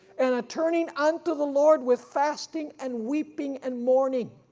and a turning unto the lord with fasting, and weeping and mourning.